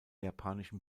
japanischen